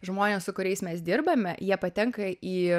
žmonės su kuriais mes dirbame jie patenka į